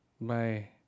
Bye